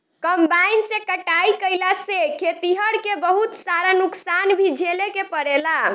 combine से कटाई कईला से खेतिहर के बहुत सारा नुकसान भी झेले के पड़ेला